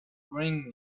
bring